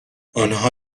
آنها